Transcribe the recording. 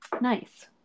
Nice